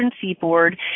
seaboard